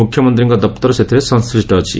ମୁଖ୍ୟମନ୍ତୀଙ୍କ ଦପ୍ତର ସେଥିରେ ସଂଶୁୁଷ୍ ଅଛି